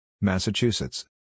Massachusetts